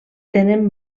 tenen